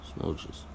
Smooches